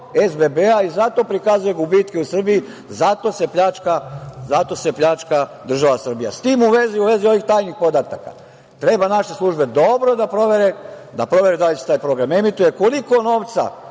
i zato prikazuje gubitke u Srbiji, zato se pljačka država Srbija.S tim u vezi, u vezi ovih tajnih podataka treba naše službe dobro da provere, da provere da li se taj program emituje, koliko novca